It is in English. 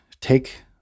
Take